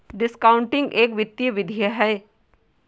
discounting एक वित्तीय विधि है